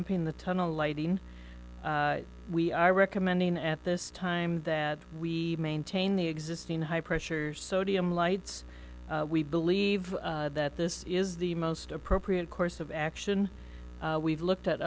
p in the tunnel lighting we are recommending at this time that we maintain the existing high pressure sodium lights we believe that this is the most appropriate course of action we've looked at